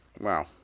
Wow